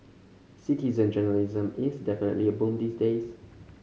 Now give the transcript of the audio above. citizen journalism is definitely a boom these days